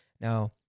now